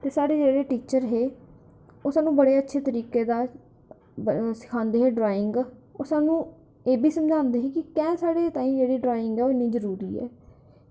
ते साढ़े जेह्ड़े टीचर हे ओह् सानूं बड़े अच्छे तरीके दा सखांदे हे ड्राइंग ते ओह् सानूं एह्बी समझांदे हे कि कैंह् साढ़े ताहीं जेह्ड़ी ऐ इन्नी जरूरी ऐ